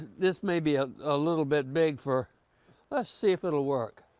this may be a little bit big for let's see if it will work?